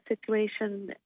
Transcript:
situation